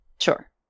Sure